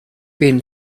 been